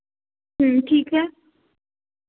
ठीक है